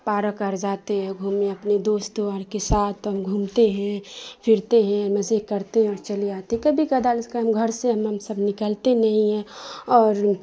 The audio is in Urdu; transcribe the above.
پارک اور جاتے ہیں گھومنے اپنے دوستوں اور کے ساتھ تب گھومتے ہیں پھرتے ہیں مزے کرتے اور چلے آتے ہیں کبھی کبھار اس کے ہم گھر سے ہم سب نکلتے نہیں ہیں اور